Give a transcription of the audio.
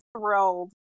thrilled